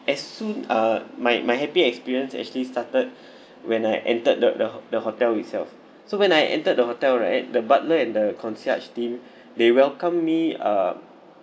as soon uh my my happy experience actually started when I entered the the the hotel itself so when I entered the hotel right the butler and the concierge team they welcomed me uh